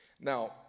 Now